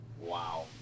Wow